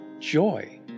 joy